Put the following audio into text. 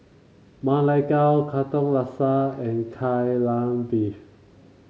Ma Lai Gao Katong Laksa and Kai Lan Beef